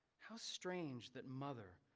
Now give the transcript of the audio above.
how strange that mother,